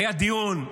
היה דיון,